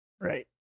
right